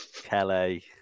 Kelly